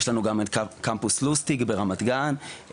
יש לנו גם את קמפוס לוסטינג ברמת גן,